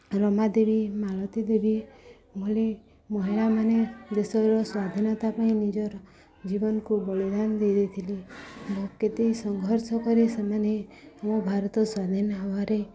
ରମାଦେବୀ ମାଳତୀ ଦେବୀ ବୋଲି ମହିଳାମାନେ ଦେଶର ସ୍ଵାଧୀନତା ପାଇଁ ନିଜର ଜୀବନକୁ ବଳିଦାନ ଦେଇଦେଇଥିଲେ କେତେ ସଂଘର୍ଷ କରି ସେମାନେ ମୋ ଭାରତ ସ୍ଵାଧୀନ ହେବାରେ